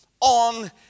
on